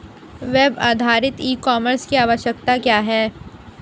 Web आधारित e commerce की आवश्यकता क्या है?